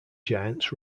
giants